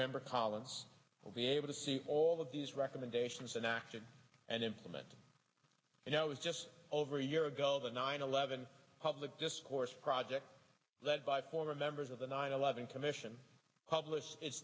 member collins will be able to see all of these recommendations and acted and implemented and i was just over a year ago the nine eleven public discourse project that by former members of the nine eleven commission published it